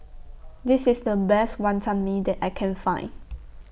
This IS The Best Wantan Mee that I Can Find